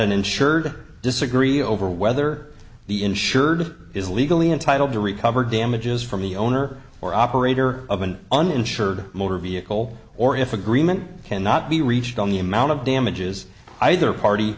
an insured disagree over whether the insured is legally entitled to recover damages from the owner or operator of an uninsured motor vehicle or if agreement cannot be reached on the amount of damages either party